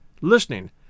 listening